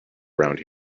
around